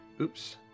oops